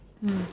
mm